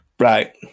Right